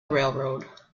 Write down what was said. railroad